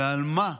ועל מה?